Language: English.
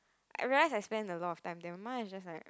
I realise I spend a lot of time there mine is just like